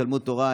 תלמוד תורה,